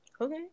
Okay